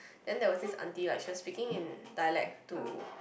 then there was this aunty like she was speaking in dialect to